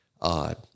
odd